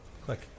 Click